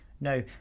No